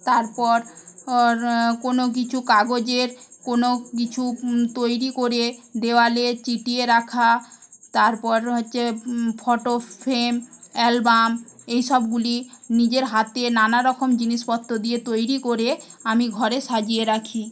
তারপর কোন কিছু কাগজের কোন কিছু তৈরি করে দেওয়ালে সেঁটে রাখা তারপর হচ্ছে ফটোফ্রেম অ্যাালবাম এই সবগুলি নিজের হাতে নানারকম জিনিসপত্র দিয়ে তৈরি করে আমি ঘরে সাজিয়ে রাখি